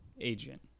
agent